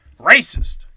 Racist